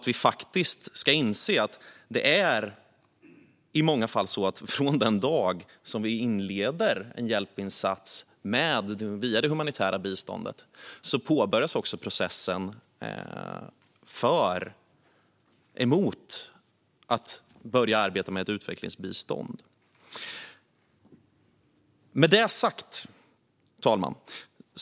I många fall är det faktiskt så att från den dag vi inleder en hjälpinsats via det humanitära biståndet påbörjas processen mot att börja arbeta med ett utvecklingsbistånd. Fru talman!